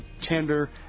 tender